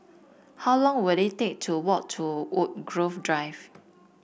how long will it take to walk to Woodgrove Drive